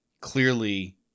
Clearly